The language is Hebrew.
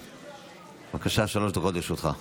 בבקשה, שלוש דקות לרשותך.